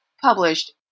published